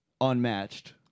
unmatched